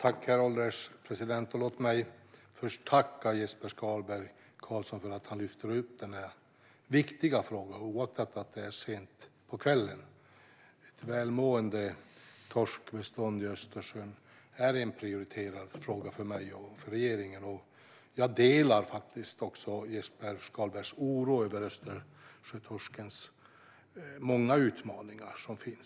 Herr ålderspresident! Låt mig först tacka Jesper Skalberg Karlsson för att han lyfter upp den här viktiga frågan, oaktat att det är sent på kvällen. Ett välmående torskbestånd i Östersjön är en prioriterad fråga för mig och regeringen. Jag delar också Jesper Skalberg Karlssons oro över Östersjötorskens många utmaningar.